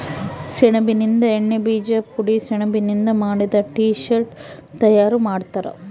ಸೆಣಬಿನಿಂದ ಎಣ್ಣೆ ಬೀಜ ಪುಡಿ ಸೆಣಬಿನಿಂದ ಮಾಡಿದ ಟೀ ಶರ್ಟ್ ತಯಾರು ಮಾಡ್ತಾರ